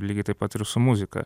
lygiai taip pat ir su muzika